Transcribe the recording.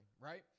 right